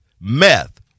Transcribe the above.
meth